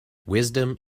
wisdom